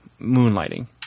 Moonlighting